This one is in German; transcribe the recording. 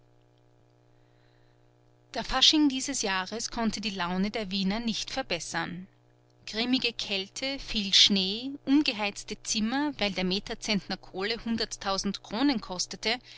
der fasching dieses jahres konnte die laune der wiener nicht verbessern grimmige kälte viel schnee ungeheizte zimmer weil der meterzentner kohle hunderttausend kronen kostete